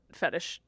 fetish